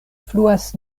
fluas